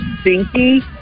stinky